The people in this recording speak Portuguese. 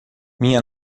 minha